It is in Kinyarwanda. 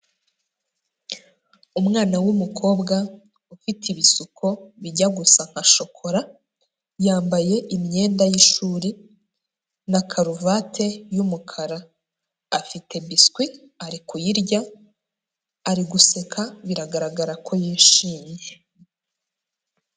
Umwana w'umukobwa ufite ibisuko bijya gusa nka shokora, yambaye imyenda y'ishuri na karuvati y'umukara, afite biswi ari kuyirya, ari guseka biragaragara ko yishimye.